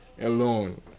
alone